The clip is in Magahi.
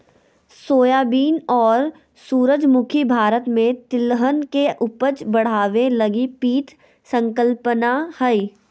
सोयाबीन और सूरजमुखी भारत में तिलहन के उपज बढ़ाबे लगी पीत संकल्पना हइ